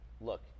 look